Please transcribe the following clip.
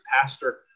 pastor